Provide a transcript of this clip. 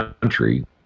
country